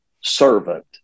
servant